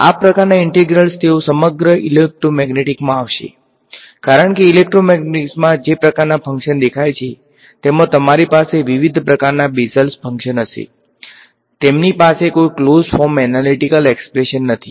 આ પ્રકારના ઇન્ટિગ્રલ્સ તેઓ સમગ્ર ઇલેક્ટ્રોમેગ્નેટિક્સમાં આવશે કારણ કે ઇલેક્ટ્રોમેગ્નેટિક્સમાં જે પ્રકારના ફંક્શન્સ દેખાય છે તેમાં તમારી પાસે વિવિધ પ્રકારના બેસલ ફંક્શન હશે તેમની પાસે કોઈ ક્લોઝ ફોર્મ એનાલીટીકલ એક્સપ્રેશન નથી